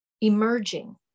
emerging